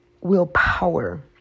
willpower